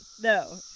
No